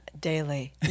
Daily